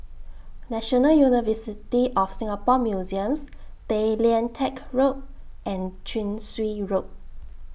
National University of Singapore Museums Tay Lian Teck Road and Chin Swee Road